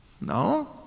No